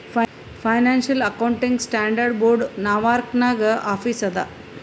financial accounting standard board Norwalk ನಾಗ್ office ಅದಾ